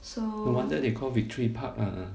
no wonder they call victory park lah